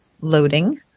loading